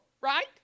right